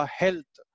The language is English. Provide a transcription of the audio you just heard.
health